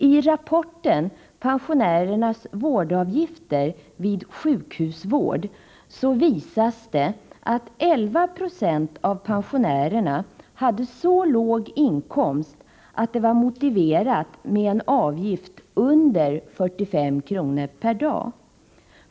I rapporten Pensionärernas vårdavgifter vid sjukhusvård visas att 11 90 av pensionärerna hade så låg inkomst att det var motiverat med en avgift under 45 kr. per dag.